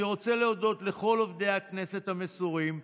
אני רוצה להודות לכל עובדי הכנסת המסורים,